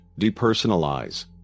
depersonalize